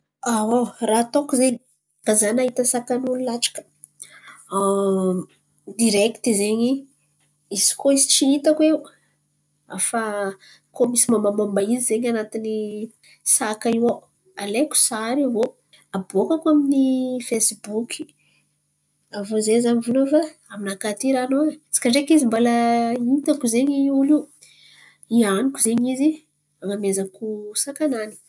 Raha atôko izen̈y, kay za nahita sakan'olo latsaka, direkity izen̈y izy koa tsy hitako iô. Hafa koa misy momba momba izy zen̈y an̈atiny haka io alaiko sary, avô aboaka ko amy iny fesiboky. Avô za mivolan̈a fa aminakà aty raha anô e, intsaka ndreky izy mba izy anamezako sakanany.